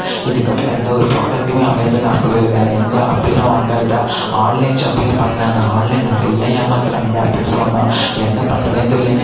இதுக்கப்புறம் எந்த ஒரு ப்ரோடக்ட்டுமே அமேசான் ஆப்லயோ வேற எந்த ஆப்லயுமே வாங்காதடா ஆன்லைன் ஷாப்பிங்கே பண்ணாத ஆன்லைன் நிறைய ஏமாத்துறாங்கடா அப்படின்னு சொன்னான் என்ன பண்ணுறதுனே தெரிலங்க